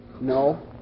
No